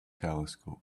telescope